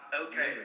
okay